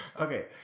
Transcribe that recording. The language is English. Okay